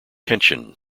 tension